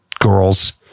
girls